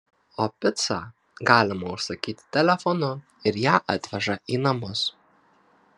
o picą galima užsakyti telefonu ir ją atveža į namus